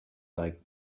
like